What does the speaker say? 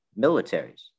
militaries